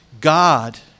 God